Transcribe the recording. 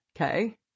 Okay